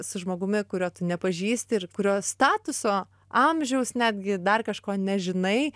su žmogumi kurio tu nepažįsti ir kurio statuso amžiaus netgi dar kažko nežinai